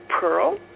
Pearl